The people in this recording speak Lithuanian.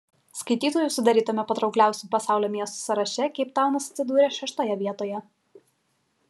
skaitytojų sudarytame patraukliausių pasaulio miestų sąraše keiptaunas atsidūrė šeštoje vietoje